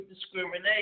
discrimination